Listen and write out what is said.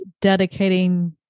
dedicating